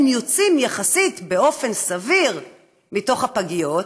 הם יוצאים יחסית באופן סביר מתוך הפגיות,